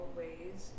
ways